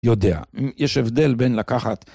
יודע. יש הבדל בין לקחת...